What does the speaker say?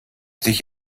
dich